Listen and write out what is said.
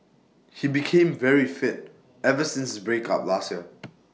he became very fit ever since his breakup last year